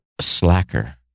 Slacker